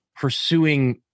pursuing